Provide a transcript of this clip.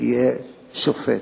יהיה שופט.